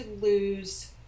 lose